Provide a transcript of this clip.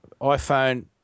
iPhone